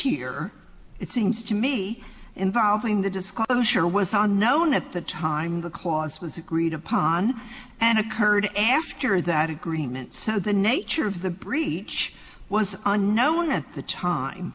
here it seems to me involving the disclosure was unknown at the time the clause was agreed upon and occurred after that agreement so the nature of the breach was unknown at the time